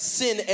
sin